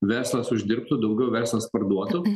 verslas uždirbtų daugiau verslas parduotų